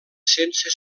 sense